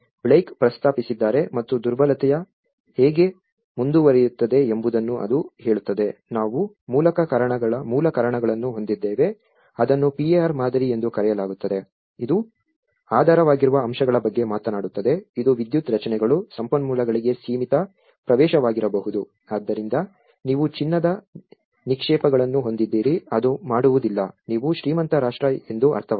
Blaikie ಪ್ರಸ್ತಾಪಿಸಿದ್ದಾರೆ ಮತ್ತು ದುರ್ಬಲತೆಯು ಹೇಗೆ ಮುಂದುವರಿಯುತ್ತದೆ ಎಂಬುದನ್ನು ಅದು ಹೇಳುತ್ತದೆ ನಾವು ಮೂಲ ಕಾರಣಗಳನ್ನು ಹೊಂದಿದ್ದೇವೆ ಅದನ್ನು PAR ಮಾದರಿ ಎಂದು ಕರೆಯಲಾಗುತ್ತದೆ ಇದು ಆಧಾರವಾಗಿರುವ ಅಂಶಗಳ ಬಗ್ಗೆ ಮಾತನಾಡುತ್ತದೆ ಇದು ವಿದ್ಯುತ್ ರಚನೆಗಳು ಸಂಪನ್ಮೂಲಗಳಿಗೆ ಸೀಮಿತ ಪ್ರವೇಶವಾಗಿರಬಹುದು ಆದ್ದರಿಂದ ನೀವು ಚಿನ್ನದ ನಿಕ್ಷೇಪಗಳನ್ನು ಹೊಂದಿದ್ದೀರಿ ಅದು ಮಾಡುವುದಿಲ್ಲ ನೀವು ಶ್ರೀಮಂತ ರಾಷ್ಟ್ರ ಎಂದು ಅರ್ಥವಲ್ಲ